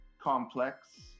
complex